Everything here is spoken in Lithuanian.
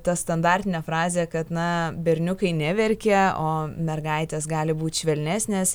tą standartinę frazę kad na berniukai neverkia o mergaitės gali būti švelnesnės